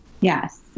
Yes